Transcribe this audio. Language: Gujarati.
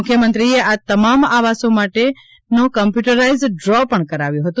મુખ્યમંત્રીશ્રીએ આ તમામ આવાસો માટેનો કમ્પ્યુટરાઇઝડ ડ્રો પણ કરાવ્યો હતો